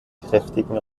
kräftigen